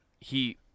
he-